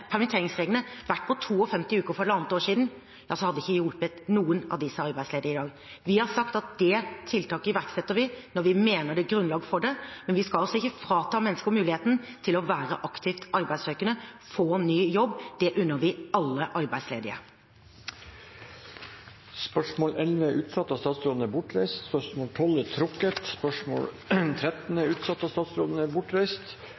ikke hjulpet noen av dem som er arbeidsledige i dag. Vi har sagt at det tiltaket iverksetter vi når vi mener det er grunnlag for det, men vi skal ikke frata mennesker muligheten til å være aktivt arbeidssøkende og få ny jobb – det unner vi alle arbeidsledige. Dette spørsmålet er utsatt til neste spørretime, da statsråden er bortreist. Dette spørsmålet er trukket tilbake. Dette spørsmålet er utsatt til neste spørretime, da statsråden er bortreist.